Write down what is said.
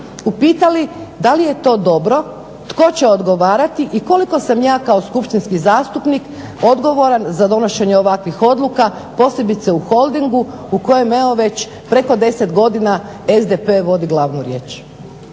upitali da li je to dobro, tko će odgovarati i koliko sam ja kao skupštinski zastupnik odgovoran za donošenje ovakvih odluka posebice u holdingu u kojem već preko 10 godina SDP vodi glavnu riječ.